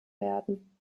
werden